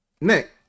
Nick